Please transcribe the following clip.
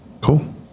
Cool